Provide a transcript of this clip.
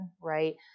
right